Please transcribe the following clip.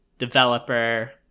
developer